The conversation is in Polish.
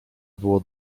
było